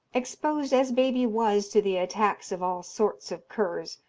exposed as baby was to the attacks of all sorts of curs,